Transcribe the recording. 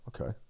okay